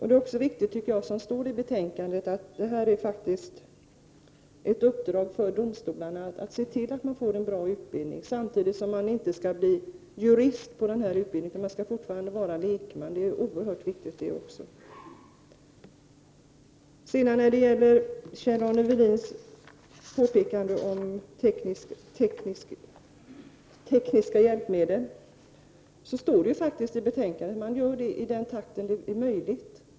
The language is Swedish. Det är, som det står i betänkandet, ett upprag för domstolarna att se till att man som nämndeman får en bra utbildning, samtidigt som man inte skall bli jurist på denna utbildning. Man skall fortfarande vara lekman — det är också utomordentligt viktigt. När det gäller Kjell-Arne Welins påpekande om tekniska hjälpmedel, står det faktiskt i betänkandet att man anskaffar sådana hjälpmedel i den takt som är möjlig.